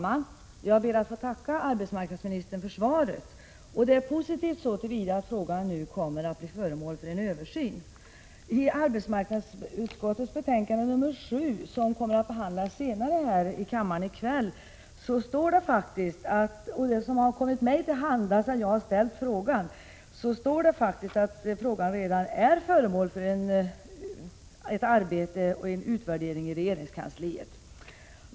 Fru talman! Jag ber att få tacka arbetsmarknadsministern för svaret. Det är positivt så till vida att frågan nu kommer att bli föremål för en översyn. I arbetsmarknadsutskottets betänkande nr 7, som kommer att behandlas senare i kväll här i kammaren, står faktiskt att frågan redan är föremål för arbete och utvärdering i regeringskansliet. Detta är material som har kommit mig till handa sedan jag ställde frågan.